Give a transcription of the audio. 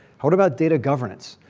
what about data governance?